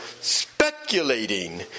speculating